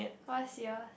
what's yours